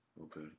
Okay